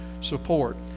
support